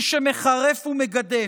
מי שמחרף ומגדף,